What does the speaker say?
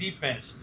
defense